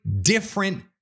different